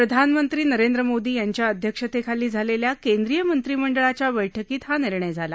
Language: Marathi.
प्रधानमंत्री नरेंद्र मोदी यांच्या अध्यक्षतेखाली झालेल्या केंद्रीय मंत्रिमंडळाच्या बैठकीत हा निर्णय झाला